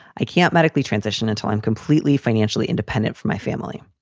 i can't medically transition until i'm completely financially independent from my family.